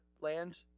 land